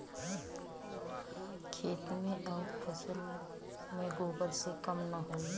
खेत मे अउर फसल मे गोबर से कम ना होई?